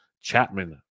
Chapman